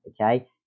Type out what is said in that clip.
okay